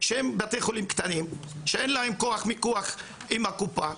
והם בתי חולים קטנים שאין להם כוח מיקוח עם הקופה,